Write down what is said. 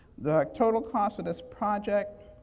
the total cost of this project,